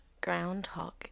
groundhog